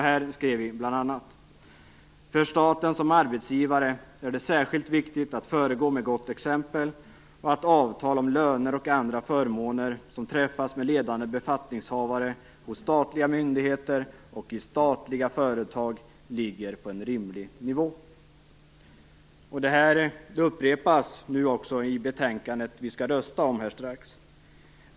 Vi skrev bl.a. så här: För staten som arbetsgivare är det särskilt viktigt att föregå med gott exempel och att avtal om löner och andra förmåner som träffas med ledande befattningshavare på statliga myndigheter och i statliga företag ligger på en rimlig nivå. Det här upprepas också i det betänkande som vi strax skall rösta om.